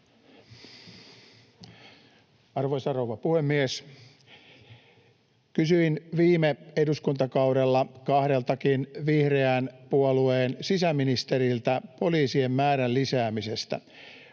Arvoisa rouva puhemies! Kysyin viime eduskuntakaudella kahdeltakin vihreän puolueen sisäministeriltä poliisien määrän lisäämisestä.